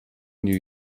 new